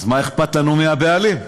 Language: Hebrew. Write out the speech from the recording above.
מה אכפת לנו מי הבעלים?